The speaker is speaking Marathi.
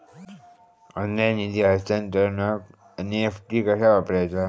ऑनलाइन निधी हस्तांतरणाक एन.ई.एफ.टी कसा वापरायचा?